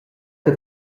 che